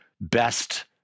best